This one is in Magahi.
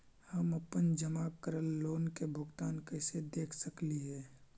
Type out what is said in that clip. हम अपन जमा करल लोन के भुगतान कैसे देख सकली हे?